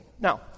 Now